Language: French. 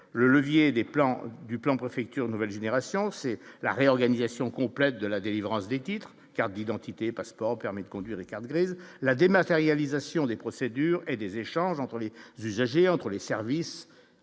des plans du plan préfecture nouvelle génération c'est la réorganisation complète de la délivrance des titres, cartes d'identité, passeport, permis de conduire, les cartes grises, la dématérialisation des procédures et des échanges entre les usagers entre les services